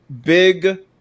big